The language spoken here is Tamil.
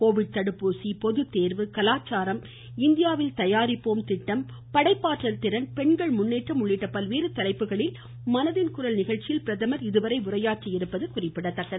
கோவிட் தடுப்பூசி பொதுத்தேர்வு கலாச்சாரம் இந்தியாவில் தயாரிப்போம் படைப்பாற்றல் திறன் பெண்கள் முன்னேற்றம் உள்ளிட்ட பல்வேறு தலைப்புகளில் மனதின் குரல் நிகழ்ச்சியில் பிரதமர் இதுவரை உரையாற்றியுள்ளது குறிப்பிடத்தக்கது